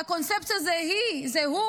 הרי הקונספציה זה הוא.